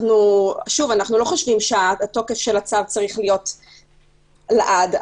לא חושבים שתוקף הצו צריך להיות לעד,